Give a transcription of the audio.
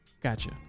Gotcha